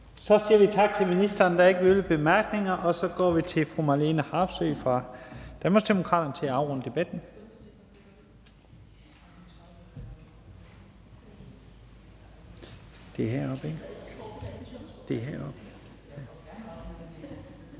Så siger vi tak til ministeren. Der er ikke flere bemærkninger. Og så går vi til fru Marlene Harpsøe fra Danmarksdemokraterne til at afrunde debatten. Velkommen. Kl. 12:02 (Ordfører